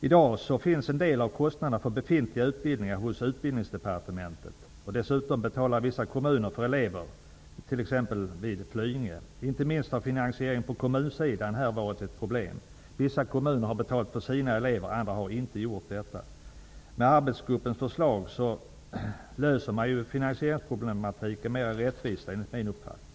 I dag finns en del av kostnaderna för befintliga utbildningar hos Utbildningsdepartementet. Dessutom betalar vissa kommuner för elever, t.ex. vid Flyinge. Inte minst har finansieringen på kommunsidan varit ett problem. Vissa kommuner har betalat för sina elever, andra har inte gjort detta. Med arbetsgruppens förslag löser man finansieringsproblematiken mera rättvist enligt min uppfattning.